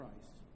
Christ